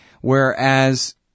Whereas